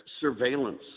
surveillance